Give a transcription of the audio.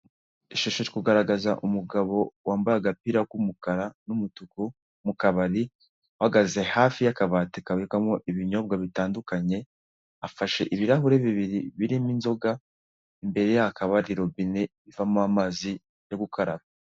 Ishusho iri kugaragaza umugabo wambaye agapira k'umukara n'umutuku mu kabari, uhagaze hafi y'akabati kabikwamo ibinyobwa bitandukanye, afashe ibirahure bibiri birimo inzoga, imbere ye hakaba hari robine ivamo amazi yo gukaraba.